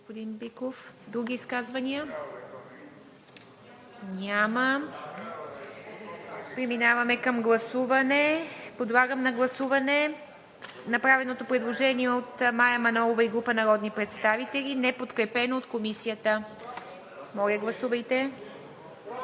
Други изказвания? Няма. Преминаваме към гласуване. Подлагам на гласуване направеното предложение от Мая Манолова и група народни представители, неподкрепено от Комисията. Гласували